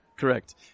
Correct